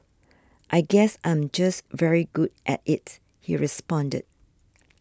I guess I'm just very good at it he responded